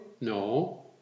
No